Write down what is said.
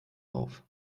auf